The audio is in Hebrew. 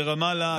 ברמאללה,